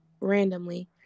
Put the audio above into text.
randomly